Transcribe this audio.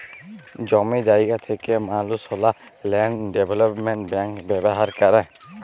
জমি জায়গা থ্যাকা মালুসলা ল্যান্ড ডেভলোপমেল্ট ব্যাংক ব্যাভার ক্যরে